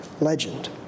legend